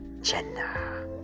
Jenna